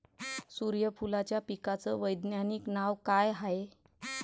सुर्यफूलाच्या पिकाचं वैज्ञानिक नाव काय हाये?